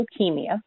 leukemia